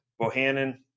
Bohannon